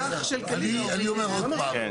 אני אומר עוד פעם,